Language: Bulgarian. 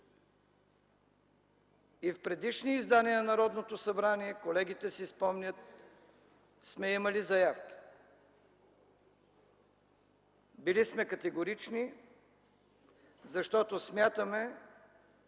И в предишни издания на Народното събрание, колегите си спомнят, сме имали заявки. Били сме категорични, защото смятаме,